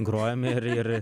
grojome ir ir